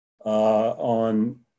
On